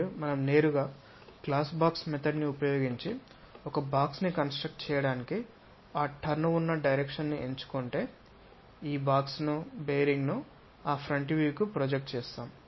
మరియు మనం నేరుగా గ్లాస్ బాక్స్ పద్ధతిని ఉపయోగించి ఒక బాక్స్ ని కన్స్ట్రక్ట్ చేయటానికి ఆ టర్న్ ఉన్న డైరెక్షన్ ను ఎంచుకుంటే ఈ బాక్స్ ను బేరింగ్ ను ఆ ఫ్రంట్ వ్యూ కు ప్రొజెక్ట్ చేయండి